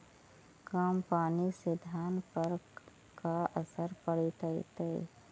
कम पनी से धान पर का असर पड़तायी?